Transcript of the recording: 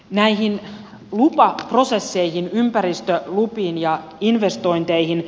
näihin lupaprosesseihin ympäristölupiin ja investointeihin